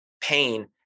pain